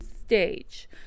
stage